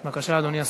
בבקשה, אדוני השר.